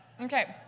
Okay